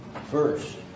First